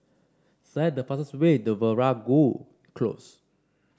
select the fastest way to Veeragoo Close